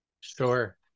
Sure